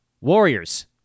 Warriors